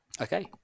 okay